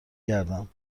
گردم